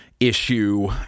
issue